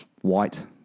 white